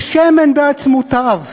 כשמן בעצמותיו,